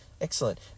Excellent